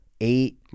eight